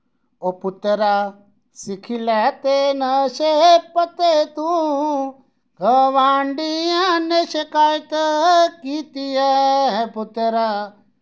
ओ पुत्तरा सिक्खी लै ते नशे पत्ते तूं गुआंढियां ने शिकायत कीती ऐ पुत्तरा